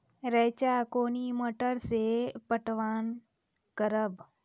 रेचा कोनी मोटर सऽ पटवन करव?